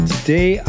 Today